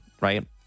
right